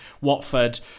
Watford